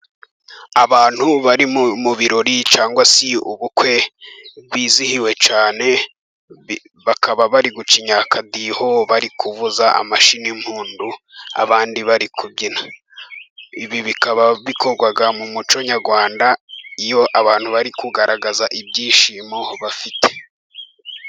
Abantu bari mu birori cyangwa se ubukwe bizihiwe cyane, bakaba bari gucinya akadiho, bari kuvuza amashi n'impundu, abandi bari kubyina. Ibi bikaba bikorwa mu muco nyarwanda, iyo abantu bari kugaragaza ibyishimo bafite.